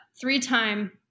three-time